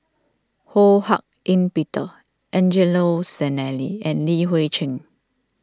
Ho Hak Ean Peter Angelo Sanelli and Li Hui Cheng